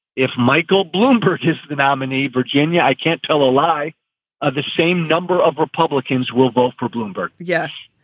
if michael bloomberg is the nominee, virginia, i can't tell a lie of the same number of republicans will vote for bloomberg yes,